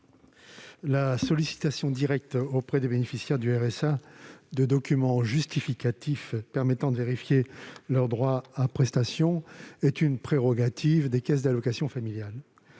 La sollicitation directe auprès des bénéficiaires du RSA de documents justificatifs permettant de vérifier leurs droits à prestation est une prérogative des caisses d'allocations familiales.